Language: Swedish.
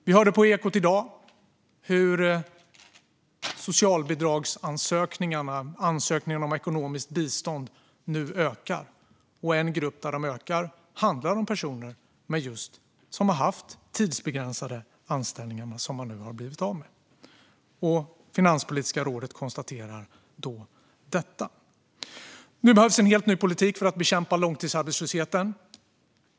Vi hörde på Ekot i dag hur socialbidragsansökningarna, ansökningarna om ekonomiskt bistånd, nu ökar. En grupp där de ökar är personer som har haft tidsbegränsade anställningar som de nu har blivit av med. Finanspolitiska rådet konstaterar detta. Nu behövs en helt ny politik för att bekämpa långtidsarbetslösheten.